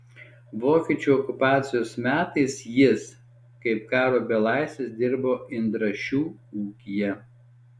vokiečių okupacijos metais jis kaip karo belaisvis dirbo indrašių ūkyje